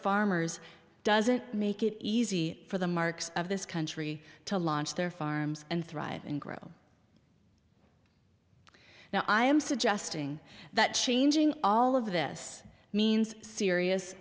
farmers doesn't make it easy for the marks of this country to launch their farms and thrive and grow now i am suggesting that changing all of this means serious